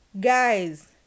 Guys